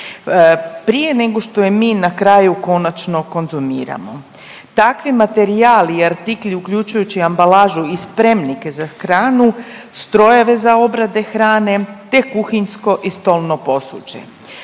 prije nego što je mi na kraju konačno konzumiramo. Takvi materijali i artikli uključujući i ambalažu i spremnike za hranu, strojeve za obrade hrane te kuhinjsko i stolno posuđe.